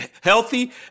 healthy